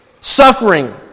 Suffering